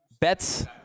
Bets